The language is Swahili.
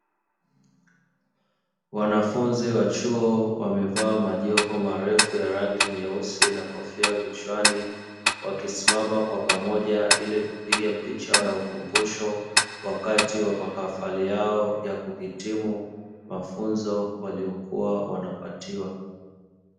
Wanafunzi wa chuo wamevaa majoho marefu ya rangi nyeusi na kofia vichwani wakisimama kwa pamoja ili kupiga picha ya ukumbusho wakati wa mahafali yao ya kuhitimu mafunzo waliokuwa wanapatiwa.